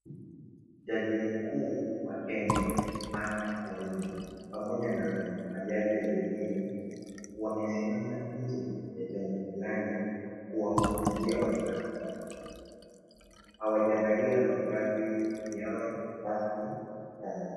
Jaji mkuu wa Kenya Martha Koome pamoja na majaji wengine, wamesimama nje ya jengo fulani kuwahutubia wanahabari. Hawajavalia mavazi yao rasmi ya kikazi.